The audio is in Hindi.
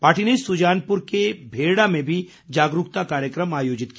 पार्टी ने सुजानपुर के भेरडा में भी जागरूकता कार्यक्रम आयोजित किया